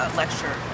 lecture